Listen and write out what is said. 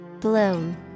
Bloom